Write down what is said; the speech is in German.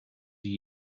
die